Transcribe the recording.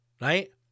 right